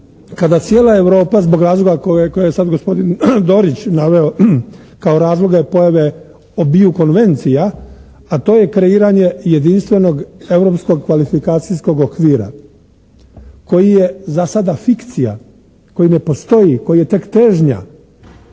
kada cijela Europa zbog razloga koje je sad gospodin Dorić naveo kao razloge pojave obiju konvencija, a to je kreiranje jedinstvenog europskog kvalifikacijskog okvira koji je za sada fikcija, koji ne postoji, koji je tek težnja.